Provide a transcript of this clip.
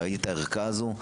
ראיתי את הערכה הזאת.